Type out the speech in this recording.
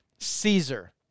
Caesar